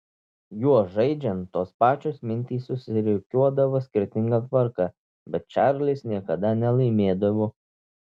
juo žaidžiant tos pačios mintys susirikiuodavo skirtinga tvarka bet čarlis niekada nelaimėdavo